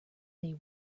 they